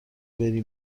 بری